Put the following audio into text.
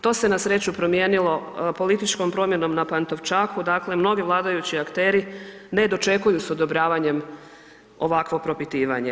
To se na sreću promijenilo političkom promjenom na Pantovčaku, dakle mnogi vladajući akteri ne dočekuju s odobravanjem ovako propitivanje.